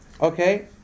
okay